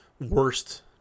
worst